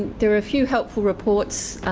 there are a few helpful reports.